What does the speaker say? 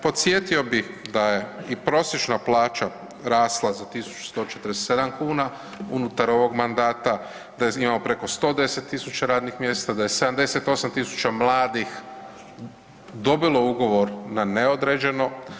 Podsjetio bih da je i prosječna plaća rasla za 1147 kuna unutar ovog mandata, da imamo preko 110 000 radnih mjesta, da je 78 000 mladih dobilo ugovor na neodređeno.